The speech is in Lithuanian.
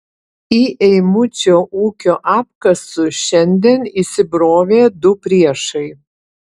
į eimučio ūkio apkasus šiandien įsibrovė du priešai